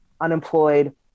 unemployed